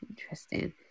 interesting